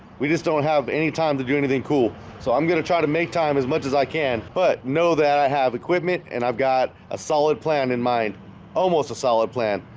we just don't have any time to do anything cool so i'm gonna try to make time as much as i can but know that i have equipment and i've got a solid plan in mind almost a solid plan,